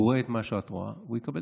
הוא רואה את מה שאת רואה והוא יקבל